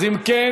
אז אם כן,